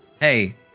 hey